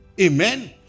Amen